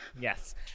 Yes